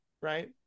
Right